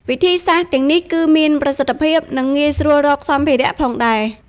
វិធីសាស្ត្រទាំងនេះគឺមានប្រសិទ្ធភាព និងងាយស្រួលរកសម្ភារៈផងដែរ។